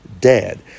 dead